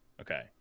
okay